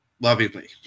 lovingly